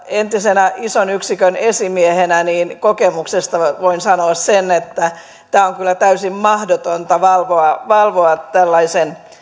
entisenä ison yksikön esimiehenä voin kokemuksesta sanoa sen että on kyllä täysin mahdotonta valvoa valvoa tällaisten